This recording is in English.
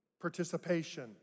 participation